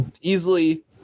easily